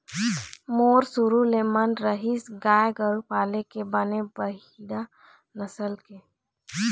मोर शुरु ले मन रहिस गाय गरु पाले के बने बड़िहा नसल के